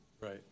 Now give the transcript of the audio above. Right